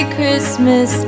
Christmas